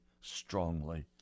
strongly